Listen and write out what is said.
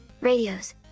radios